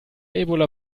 ebola